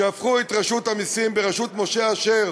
שהפכו את רשות המסים בראשות משה אשר